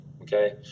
okay